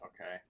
okay